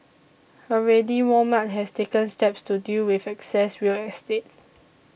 already Walmart has taken steps to deal with excess real estate